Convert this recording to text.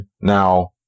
Now